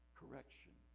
correction